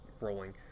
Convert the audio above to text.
rolling